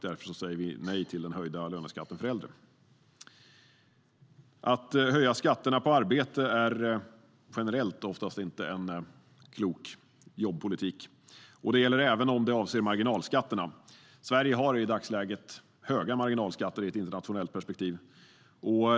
Därför säger vi nej till den höjda löneskatten för äldre. Att höja skatterna på arbete är oftast inte en klok jobbpolitik. Detta gäller även om det avser marginalskatterna. Sverige har i dagsläget höga marginalskatter i ett internationellt perspektiv.